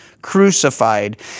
crucified